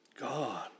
God